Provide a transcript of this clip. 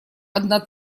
одна